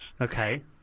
Okay